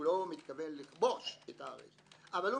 הוא לא מתכוון לכבוש את הארץ, אבל הוא